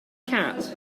cat